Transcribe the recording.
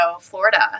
Florida